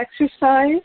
exercise